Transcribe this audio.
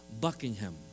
buckingham